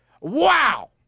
Wow